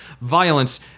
violence